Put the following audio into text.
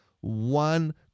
one